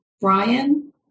Brian